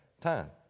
Time